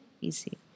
Easy